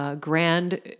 grand